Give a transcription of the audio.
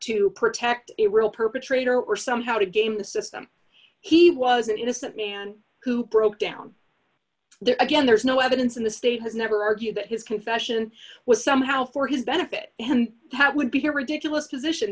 to protect a real perpetrator or somehow to game the system he was an innocent man who broke down there again there is no evidence in the state has never argued that his confession was somehow for his benefit and that would be here ridiculous position